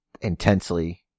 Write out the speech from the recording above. Intensely